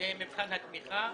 למבחן התמיכה?